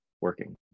working